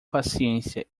paciência